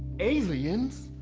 aliens?